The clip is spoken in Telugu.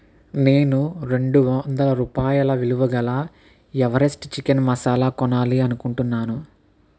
నేను రెండు వందల రూపాయల విలువ గల ఎవరెస్ట్ చికెన్ మసాలా కొనాలి అనుకుంటున్నాను